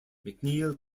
mcneil